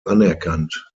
anerkannt